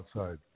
outside